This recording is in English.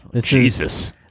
Jesus